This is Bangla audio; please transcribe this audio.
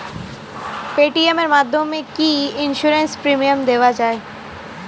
পেটিএম এর মাধ্যমে কি ইন্সুরেন্স প্রিমিয়াম দেওয়া যায়?